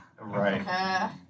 Right